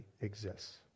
exists